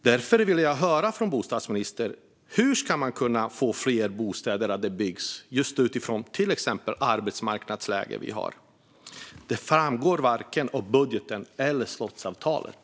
Därför vill jag höra av bostadsministern hur man ska kunna få fler bostäder att byggas, just med hänsyn till det arbetsmarknadsläge vi har. Det framgår varken av budgeten eller av slottsavtalet.